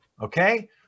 okay